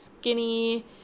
skinny